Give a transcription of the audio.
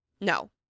No